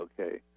Okay